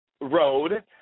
road